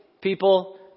people